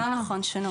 לחלוטין שינו.